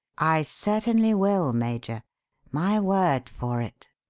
i certainly will, major my word for it.